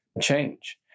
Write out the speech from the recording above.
change